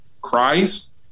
Christ